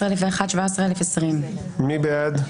16,701 עד 16,720. מי בעד?